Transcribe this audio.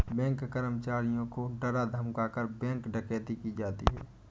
bank कर्मचारियों को डरा धमकाकर, बैंक डकैती की जाती है